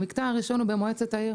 המקטע הראשון הוא במועצת העיר,